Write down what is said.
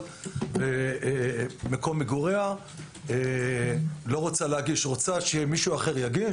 או מקום מגוריה היא מעדיפה שמישהו אחר יגיש.